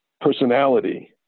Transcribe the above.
personality